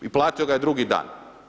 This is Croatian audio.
I platio ga je drugi dan.